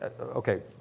Okay